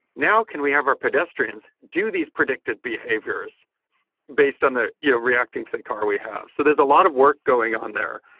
now, can we have our pedestrians do these predicted behaviors based on the you know reacting think car we have? so there's a lot of work going on there,